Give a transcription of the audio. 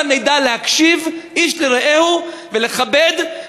הבה נדע להקשיב איש לרעהו ולכבד,